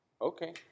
Okay